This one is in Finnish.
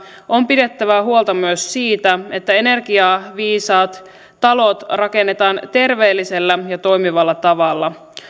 on pidettävä huolta myös siitä että energiaviisaat talot rakennetaan terveellisellä ja toimivalla tavalla